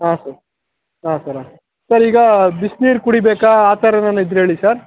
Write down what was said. ಹಾಂ ಸರ್ ಹಾಂ ಸರ್ ಹಾಂ ಸರ್ ಸರ್ ಈಗ ಬಿಸ್ನೀರು ಕುಡೀಬೇಕಾ ಆ ಥರ ಏನಾರ ಇದ್ದರೆ ಹೇಳಿ ಸರ್